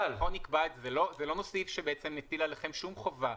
זה לא סעיף שמטיל עליכם חובה.